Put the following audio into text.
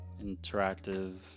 interactive